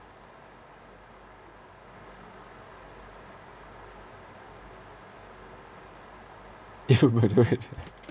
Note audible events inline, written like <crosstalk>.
if we're murdered <laughs>